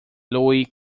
louis